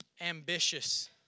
ambitious